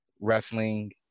wrestling